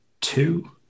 two